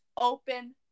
open